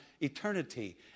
eternity